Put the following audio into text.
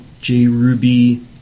JRuby